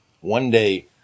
one-day